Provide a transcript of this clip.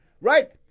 Right